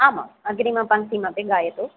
आम् आम् अग्रिमपङ्क्तिमपि गायतु